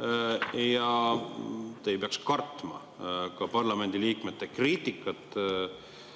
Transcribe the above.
ja te ei peaks kartma parlamendiliikmete kriitikat